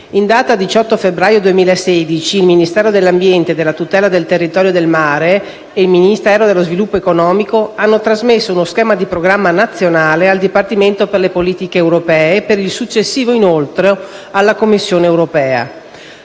«In data 18 febbraio 2016 il Ministero dell'ambiente e della tutela del territorio e del mare e il Ministero dello sviluppo economico hanno trasmesso uno schema di Programma nazionale al Dipartimento per le politiche europee per il successivo inoltro alla Commissione europea.